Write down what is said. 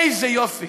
איזה יופי,